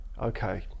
okay